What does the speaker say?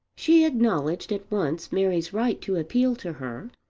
she acknowledged at once mary's right to appeal to her,